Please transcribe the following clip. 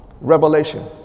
Revelation